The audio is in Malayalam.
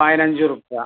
പതിനഞ്ചുർപ്യ